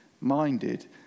minded